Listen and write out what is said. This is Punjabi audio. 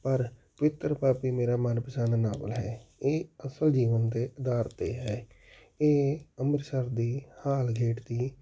ਪਰ ਪਵਿੱਤਰ ਪਾਪੀ ਮੇਰਾ ਮਨਪਸੰਦ ਨਾਵਲ ਹੈ ਇਹ ਅਸਲ ਜੀਵਨ ਦੇ ਅਧਾਰ 'ਤੇ ਹੈ ਇਹ ਅੰਮ੍ਰਿਤਸਰ ਦੀ ਹਾਲ ਗੇਟ ਦੀ